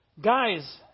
Guys